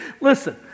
Listen